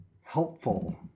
helpful